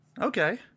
Okay